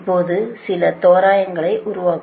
இப்போது சில தோராயங்களை உருவாக்கும்